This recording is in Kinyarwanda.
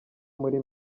muri